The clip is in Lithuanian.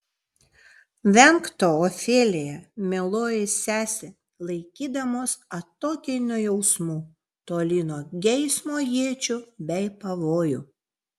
venk to ofelija mieloji sese laikydamos atokiai nuo jausmų toli nuo geismo iečių bei pavojų